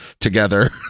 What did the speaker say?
together